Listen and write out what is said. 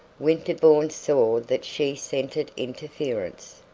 winterbourne saw that she scented interference.